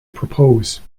propose